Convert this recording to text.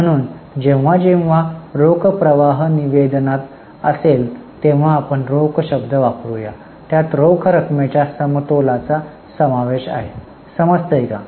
म्हणून जेव्हा जेव्हा रोख प्रवाह निवेदनात असेल तेव्हा आपण रोख शब्द वापरुया त्यात रोख रकमेच्या समतोल पणाचा समावेश आहे समजतंय का